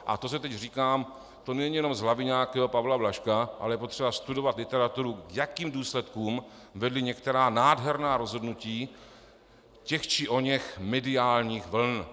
A to, co teď říkám, to není jenom z hlavy nějakého Pavla Blažka, ale je potřeba studovat literaturu, k jakým důsledkům vedla některá nádherná rozhodnutí těch či oněch mediálních vln.